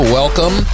welcome